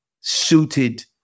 suited